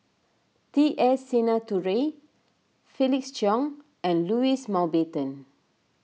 T S Sinnathuray Felix Cheong and Louis Mountbatten